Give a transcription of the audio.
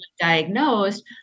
diagnosed